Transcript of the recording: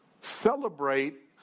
celebrate